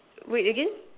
wait again